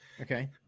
Okay